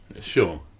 Sure